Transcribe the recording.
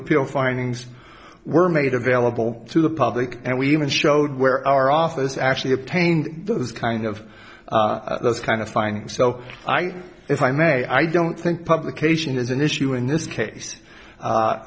appeal findings were made available to the public and we even showed where our office actually obtained those kind of those kind of finding so i if i may i don't think publication is an issue in this case